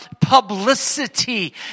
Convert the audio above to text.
publicity